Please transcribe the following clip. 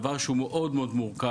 דבר שהוא מאוד מאוד מורכב,